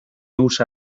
usa